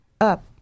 up